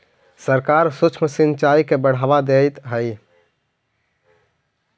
सरकार सूक्ष्म सिंचाई के बढ़ावा देइत हइ